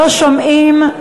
לא שומעים,